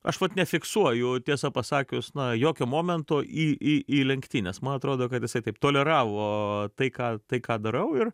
aš vat nefiksuoju tiesą pasakius na jokio momento į į į lenktynės man atrodo kad isai taip toleravo tai ką tai ką darau ir